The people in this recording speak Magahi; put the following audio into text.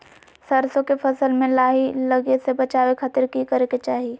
सरसों के फसल में लाही लगे से बचावे खातिर की करे के चाही?